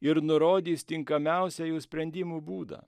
ir nurodys tinkamiausią jų sprendimų būdą